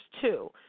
two